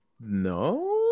No